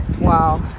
Wow